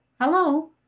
Hello